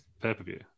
pay-per-view